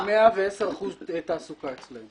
יש 110% תעסוקה אצלנו.